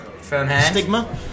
stigma